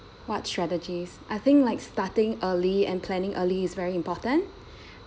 what strategies I think like starting early and planning early is very important